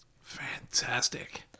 Fantastic